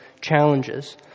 challenges